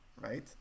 right